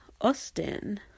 Austin